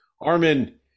Armin